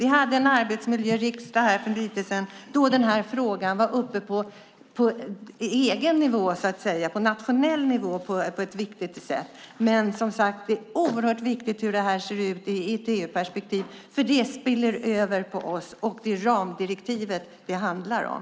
Vi hade en arbetsmiljöriksdag för en tid sedan då denna fråga var uppe på nationell nivå på ett viktigt sätt. Det är dock oerhört viktigt hur detta ser ut i ett EU-perspektiv, för det spiller över på oss. Det är ramdirektivet det handlar om.